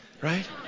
right